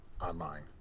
online